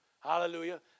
Hallelujah